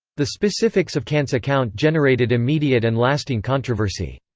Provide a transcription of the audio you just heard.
the specifics of kant's account generated immediate and lasting controversy.